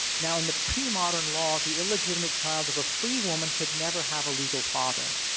now, in the pre-modern law, the illegitimate child of a free woman could never have a legal father.